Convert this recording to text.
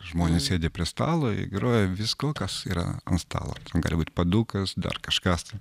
žmonės sėdi prie stalo i groja viskuo kas yra ant stalo ten gali būt padukas dar kažkas tai